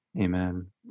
Amen